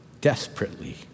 desperately